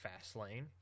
Fastlane